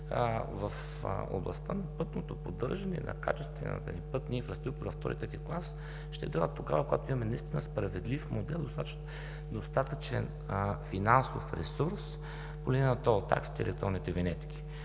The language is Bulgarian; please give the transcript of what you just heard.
в областта на пътното поддържане и на качествената ни пътна инфраструктура втори и трети клас, ще дойдат тогава, когато име наистина справедлив модел и достатъчен финансов ресурс по линия на тол таксите и електронните винетки.